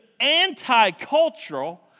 anti-cultural